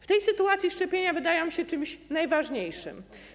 W tej sytuacji szczepienia wydają się czymś najważniejszym.